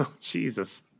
Jesus